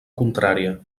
contrària